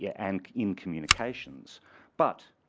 yeah and in communications but